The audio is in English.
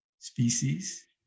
species